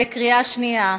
בקריאה שנייה.